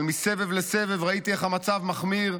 אבל מסבב לסבב ראיתי איך המצב מחמיר,